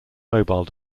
mobile